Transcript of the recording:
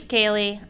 Kaylee